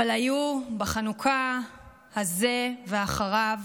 אבל היו בחנוכה הזה ואחריו